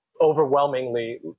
overwhelmingly